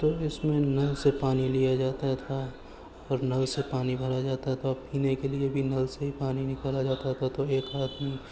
تو اس میں نل سے پانی لیا جاتا تھا اور نل سے پانی بھرا جاتا تھا اور پینے کے لیے بھی نل سے ہی پانی نکالا جاتا تھا تو ایک آدمی